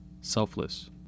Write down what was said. Selfless